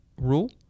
rule